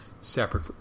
separate